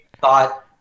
thought